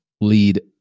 lead